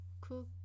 cook